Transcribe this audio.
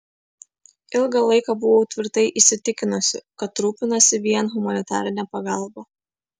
ilgą laiką buvau tvirtai įsitikinusi kad rūpinasi vien humanitarine pagalba